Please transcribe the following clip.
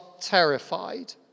terrified